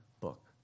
book